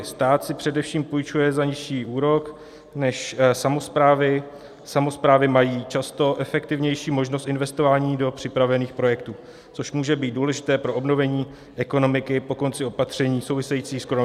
Stát si především půjčuje za nižší úrok než samosprávy, samosprávy mají často efektivnější možnost investování do připravených projektů, což může být důležité pro obnovení ekonomiky po konci opatření souvisejících s koronavirovou nákazou.